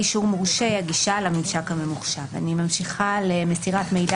אני ממשיכה לקרוא: "מסירת מידע